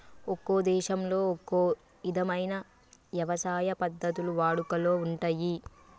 ఒక్కో దేశంలో ఒక్కో ఇధమైన యవసాయ పద్ధతులు వాడుకలో ఉంటయ్యి